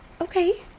Okay